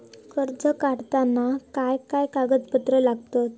कर्ज काढताना काय काय कागदपत्रा लागतत?